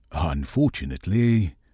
Unfortunately